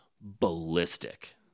ballistic